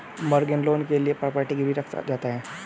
mortgage loan के लिए property गिरवी रखा जाता है